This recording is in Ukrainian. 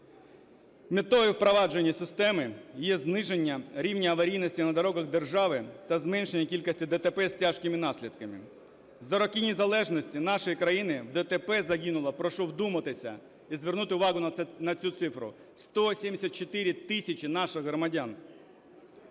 Метою впровадження системи є зниження рівня аварійності на дорогах держави та зменшення кількості ДТП з тяжкими наслідками. За роки незалежності нашої країни в ДТП загинуло, прошу вдуматися і звернути увагу на цю цифру, 174 тисячі наших громадян,